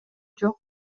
жок